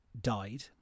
died